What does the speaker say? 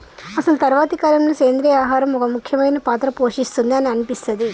అసలు తరువాతి కాలంలో, సెంద్రీయ ఆహారం ఒక ముఖ్యమైన పాత్ర పోషిస్తుంది అని అనిపిస్తది